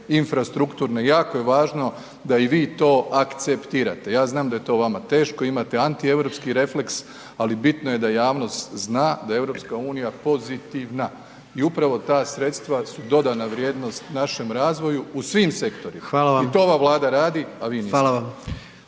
infrastrukturne. I jako je važno da i vi to akceptirate. Ja znam da je to vama teško, imate antieuropski refleks ali bitno je da javnost zna da je EU pozitivna. I upravo ta sredstva su dodana vrijednost našem razvoju u svim sektorima i to ova Vlada radi a vi niste.